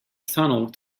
tunnel